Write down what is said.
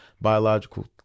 biological